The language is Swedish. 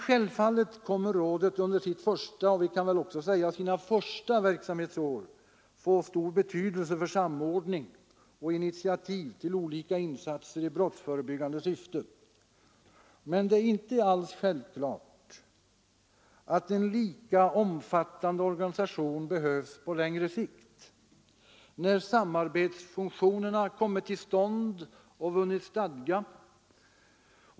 Självfallet kommer emellertid rådet under sitt första — och vi kan väl också säga sina första — verksamhetsår att få stor betydelse för samordning av och initiativ till olika insatser i brottsförebyggande syfte. Men det är inte alldeles självklart att en lika omfattande organisation behövs på längre sikt, när samarbetsfunktionerna kommit till stånd och vunnit stadga.